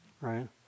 right